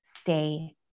stay